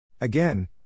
Again